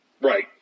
Right